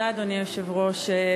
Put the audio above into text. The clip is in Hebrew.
אדוני היושב-ראש,